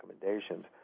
recommendations